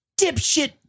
dipshit